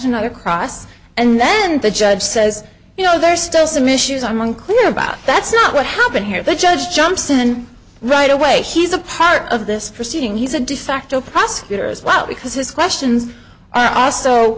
another cross and then the judge says you know there's still some issues i'm unclear about that's not what happened here the judge jumps in right away he's a part of this proceeding he's a de facto prosecutor as well because his questions are also